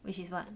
which is what